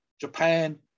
Japan